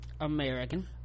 American